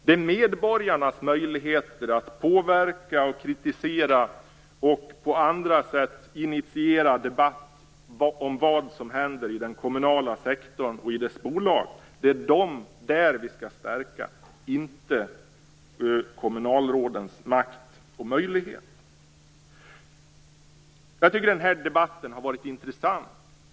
Det är medborgarnas möjligheter att påverka, kritisera och på andra sätt initiera debatt om vad som händer i den kommunala sektorn och i dess bolag som vi skall stärka - inte kommunalrådens makt och möjlighet. Jag tycker att den här debatten har varit intressant.